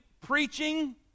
preaching